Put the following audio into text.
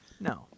No